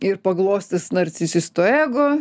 ir paglostys narcisistų ego